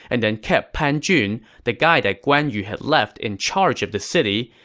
and then kept pan jun, the guy that guan yu had left in charge of the city,